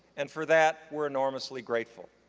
and for that, we're enormously grateful.